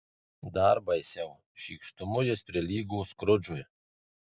dar baisiau šykštumu jis prilygo skrudžui